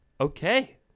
Okay